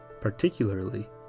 particularly